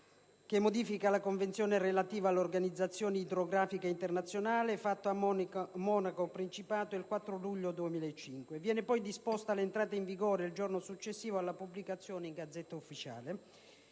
che modifica la Convenzione relativa all'Organizzazione idrografica internazionale, fatto a Monaco Principato il 4 luglio 2005. Viene poi disposta l'entrata in vigore il giorno successivo alla pubblicazione in *Gazzetta Ufficiale*.